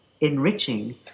enriching